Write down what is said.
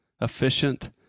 efficient